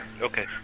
Okay